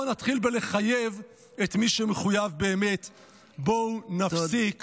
בואו נתחיל בלחייב את מי שמחויב באמת, בואו נפסיק